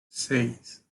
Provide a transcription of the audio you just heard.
seis